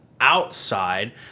outside